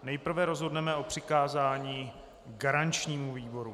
Nejprve rozhodneme o přikázání garančnímu výboru.